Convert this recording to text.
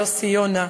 יוסי יונה,